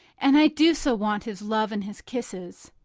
and i do so want his love and his kisses.